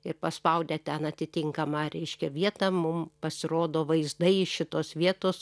ir paspaudę ten atitinkamą reiškia vietą mums pasirodo vaizdai iš šitos vietos